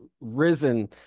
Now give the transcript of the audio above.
risen